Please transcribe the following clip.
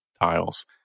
tiles